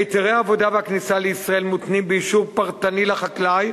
היתרי העבודה והכניסה לישראל מותנים באישור פרטני לחקלאי,